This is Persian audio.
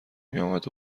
میآمد